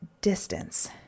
distance